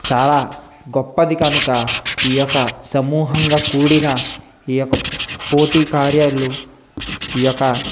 చాలా గొప్పది కనుక ఈ యొక్క సమూహంగా కూడిన ఈ యొక్క పోటీ కార్యాలు ఈ యొక్క